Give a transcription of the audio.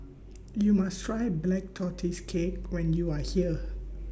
YOU must Try Black Tortoise Cake when YOU Are here